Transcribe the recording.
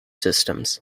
systems